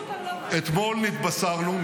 הסופר לא --- אתמול נתבשרנו,